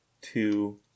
two